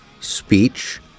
speech